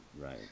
right